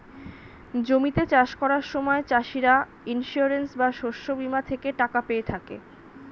জমিতে চাষ করার সময় চাষিরা ইন্সিওরেন্স বা শস্য বীমা থেকে টাকা পেয়ে থাকে